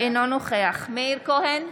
אינו נוכח מאיר כהן,